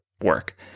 work